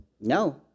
No